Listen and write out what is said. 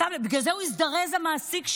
בגלל זה הזדרז המעסיק שלו.